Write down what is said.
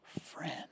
friend